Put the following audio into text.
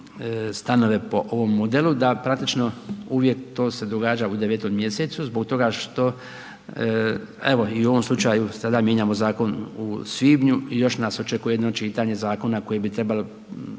stanove po ovom modelu, da praktično uvijek to se događa u 9 mj. zbog toga što evo i u ovom slučaju sada mijenjamo zakon u svibnji još nas očekuje jedno čitanje zakona, koje bi trebao